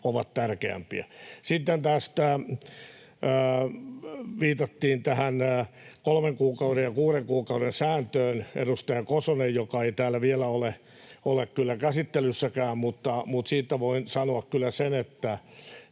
ovat tärkeämpiä. Sitten viitattiin — edustaja Kosonen — tähän kolmen kuukauden ja kuuden kuukauden sääntöön, joka ei täällä vielä ole kyllä käsittelyssäkään, mutta siitä voin sanoa kyllä sen, että